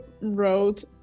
wrote